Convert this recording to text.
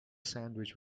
sandwich